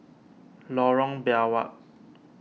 Lorong Biawak